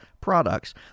products